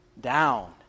down